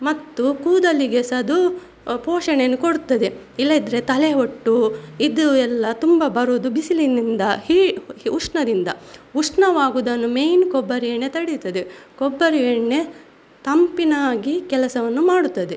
ಮತ್ತು ಕೂದಲಿಗೆ ಸಹ ಅದು ಪೋಷಣೆಯನ್ನು ಕೊಡ್ತದೆ ಇಲ್ಲದಿದ್ದರೆ ತಲೆಹೊಟ್ಟು ಇದು ಎಲ್ಲ ತುಂಬ ಬರೋದು ಬಿಸಿಲಿನಿಂದ ಹಿ ಉಷ್ಣದಿಂದ ಉಷ್ಣವಾಗುವುದನ್ನು ಮೈನ್ ಕೊಬ್ಬರಿ ಎಣ್ಣೆ ತಡೆಯುತ್ತದೆ ಕೊಬ್ಬರಿ ಎಣ್ಣೆ ತಂಪಿನಾಗಿ ಕೆಲಸವನ್ನು ಮಾಡುತ್ತದೆ